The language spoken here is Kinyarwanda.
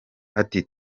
ati